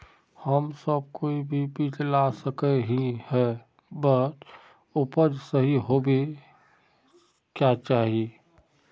हम सब कोई भी बीज लगा सके ही है बट उपज सही होबे क्याँ चाहिए?